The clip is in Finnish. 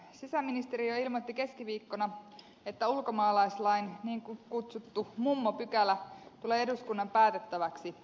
sisäministeriö ilmoitti keskiviikkona että ulkomaalaislain niin kutsuttu mummopykälä tulee eduskunnan päätettäväksi syksyllä